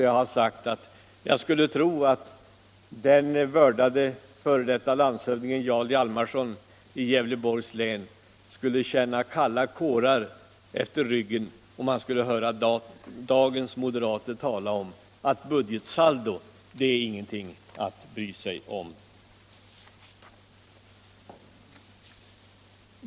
Jag har då sagt att jag skulle tro att den vördade f.d. landshövdingen Jarl Hjalmarson i Gävleborgs län skulle känna kalla kårar efter ryggen om han skulle höra dagens moderater tala om att budgetsaldon inte är någonting att bry sig om.